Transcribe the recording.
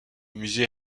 musée